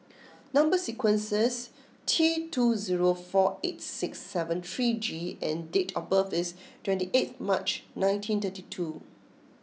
number sequence is T two zero four eight six seven three G and date of birth is twenty eighth March nineteen thirty two